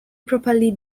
properly